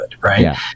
right